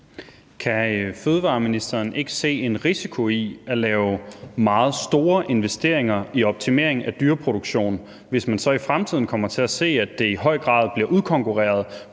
Kan fødevareministeren ikke se en risiko ved at lave meget store investeringer i optimering af dyreproduktion, hvis man så i fremtiden kommer til at se, at den i høj grad bliver udkonkurreret